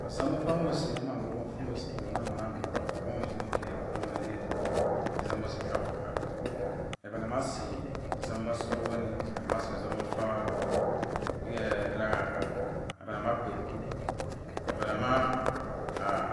Otsum boh fah bumbo usi aman ofon fuh moh anan ghe mana agbu ha feh muh utim o okeri eva pah mana ode etombok si hawo hap ayok buno bah asi etsumbok soh owoni oyok buno aso etsumbok fah erangha-ha ayobongho akpe kpo ayok bono ma